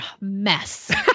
mess